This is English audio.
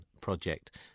project